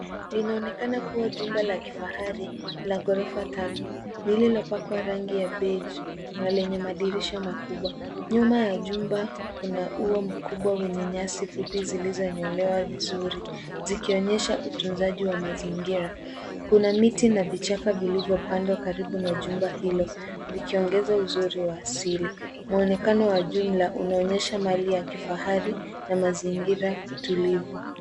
Linaonekana kuwa jumba la kifahari la ghorofa tatu lililopakwa rangi ya beige na lenye madirisha makubwa. Nyuma ya jumba kuna ua mkubwa wenye nyasi fupi zilizonyolewa vizuri, zikionyesha utunzaji wa mazingira. Kuna miti na vichaka vilvyopandwa karibu na jumba hilo, vikiongeza uzuri wa asili. Mwonekano wa jumla unaonyesha mali ya kifahari na mazingira tulivu.